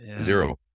zero